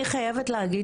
אני חייבת להגיד